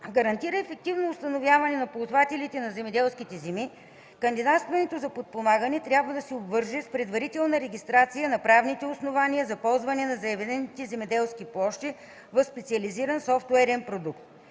гарантира ефективно установяване на ползвателите на земеделските земи, кандидатстването за подпомагане трябва да се обвърже с предварителна регистрация на правните основания за ползване на заявяваните земеделски площи в специализиран софтуерен продукт.